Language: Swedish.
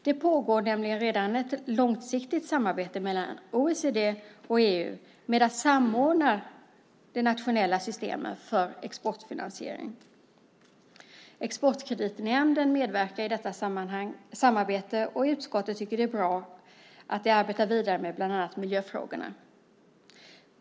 Det pågår nämligen redan ett långsiktigt samarbete mellan OECD och EU med att samordna de nationella systemen för exportfinansiering. Exportkreditnämnden medverkar i detta samarbete och utskottet tycker att det är bra att nämnden arbetar vidare med bland annat miljöfrågorna.